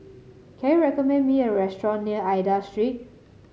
can you recommend me a restaurant near Aida Street